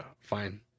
fine